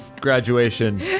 graduation